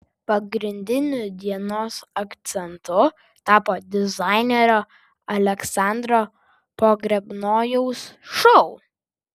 pagrindiniu dienos akcentu tapo dizainerio aleksandro pogrebnojaus šou